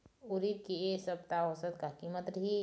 उरीद के ए सप्ता औसत का कीमत रिही?